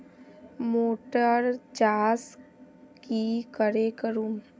Motor चास की करे करूम?